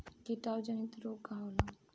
कीटाणु जनित रोग का होला?